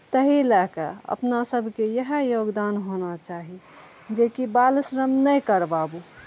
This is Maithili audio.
ताहि लऽ कऽ अपना सबके इएह योगदान होना चाही जेकि बालश्रम नहि करबाबू